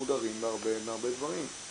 מודרים מהרבה דברים.